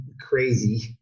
crazy